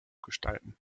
gestalten